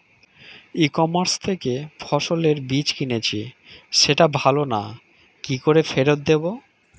ই commerce থেকে ফসলের বীজ কিনেছি সেটা ভালো না কি করে ফেরত দেব?